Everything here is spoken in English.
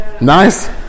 Nice